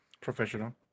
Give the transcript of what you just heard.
professional